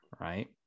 right